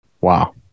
Wow